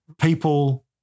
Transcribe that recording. people